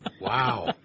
Wow